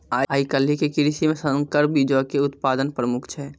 आइ काल्हि के कृषि मे संकर बीजो के उत्पादन प्रमुख छै